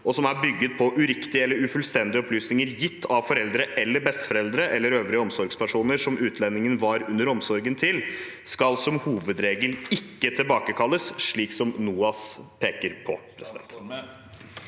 og som er bygget på uriktige eller ufullstendige opplysninger gitt av foreldre, besteforeldre eller øvrige omsorgspersoner som utlendingen var under omsorgen til, skal som hovedregel ikke tilbakekalles – slik som NOAS peker på.